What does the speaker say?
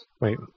Wait